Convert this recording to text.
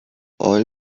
oil